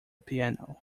piano